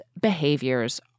behaviors